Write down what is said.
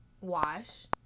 Wash